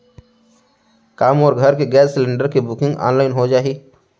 का मोर घर के गैस सिलेंडर के बुकिंग ऑनलाइन हो जाही?